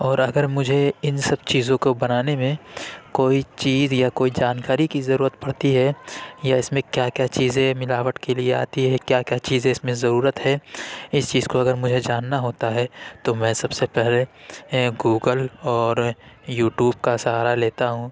اور اگر مجھے ان سب چیزوں کو بنانے میں کوئی چیز یا کوئی جانکاری کی ضرورت پڑتی ہے یا اس میں کیا کیا چیزیں ملاوٹ کے لیے آتی ہے کیا کیا چیزیں اس میں ضرورت ہے اس چیز کو اگر مجھے جاننا ہوتا ہے تو میں سب سے پہلے گوگل اور یوٹوب کا سہارا لیتا ہوں